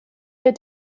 wir